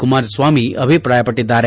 ಕುಮಾರಸ್ವಾಮಿ ಅಭಿಪ್ರಾಯಪಟ್ಟಿದ್ದಾರೆ